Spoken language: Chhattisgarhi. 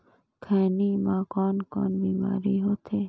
खैनी म कौन कौन बीमारी होथे?